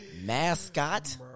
Mascot